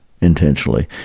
intentionally